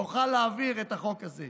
ונוכל להעביר את החוק הזה.